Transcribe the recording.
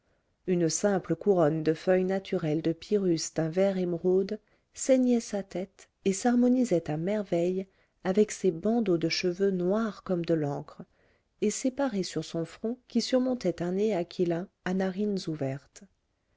une simple couronne de feuilles naturelles de pyrrhus d'un vert émeraude ceignait sa tête et s'harmonisait à merveille avec ses bandeaux de cheveux noirs comme de l'encre et séparés sur son front qui surmontait un nez aquilin à narines ouvertes